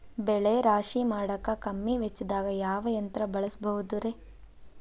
ಬೆಳೆ ರಾಶಿ ಮಾಡಾಕ ಕಮ್ಮಿ ವೆಚ್ಚದಾಗ ಯಾವ ಯಂತ್ರ ಬಳಸಬಹುದುರೇ?